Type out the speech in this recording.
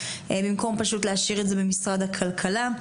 במקום פשוט להשאיר את זה במשרד הכלכלה.